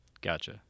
Gotcha